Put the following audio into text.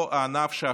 אותו הענף,